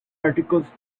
articles